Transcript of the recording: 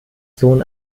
sohn